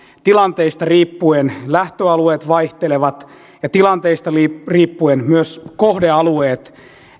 tilanteista riippuen lähtöalueet vaihtelevat ja tilanteista riippuen myös kohdealueet